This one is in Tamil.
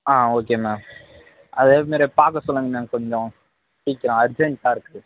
ஆ ஓகே மேம் அதே மாரியே பார்க்க சொல்லுங்க மேம் கொஞ்சம் சீக்கிரம் அர்ஜெண்டாக இருக்குது